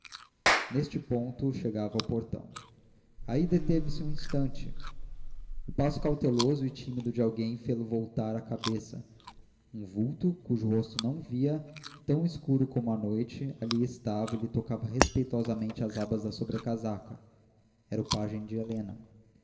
neste ponto chegava ao portão aí deteve-se um instante o passo cauteloso e tímido de alguém fê-lo voltar a cabeça um vulto cujo rosto não via tão escuro como a noite ali estava e lhe tocava respeitosamente as abas da sobrecasaca era o pajem de helena